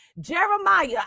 Jeremiah